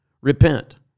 Repent